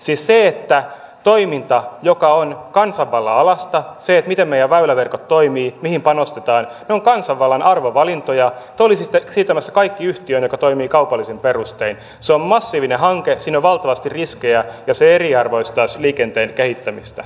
siis se että toiminnan joka on kansanvallan alaista se miten meidän väyläverkot toimii mihin panostetaan on kansanvallan arvovalintoja te olisitte siirtämässä kaiken yhtiöön joka toimii kaupallisin perustein on massiivinen hanke siinä on valtavasti riskejä ja se eriarvoistaisi liikenteen kehittämistä